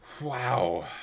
Wow